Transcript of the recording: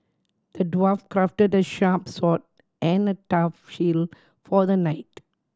the dwarf crafted a sharp sword and a tough shield for the knight